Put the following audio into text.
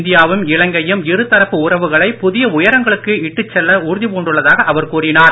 இந்தியாவும் இலங்கையும் இருதரப்பு உறவுகளை புதிய உயரங்களுக்கு இட்டுச் செல்ல உறுதிப் பூண்டுள்ளதாக அவர் கூறினார்